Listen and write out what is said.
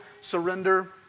surrender